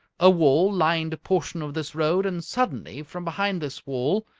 a wall lined a portion of this road, and suddenly, from behind this wall,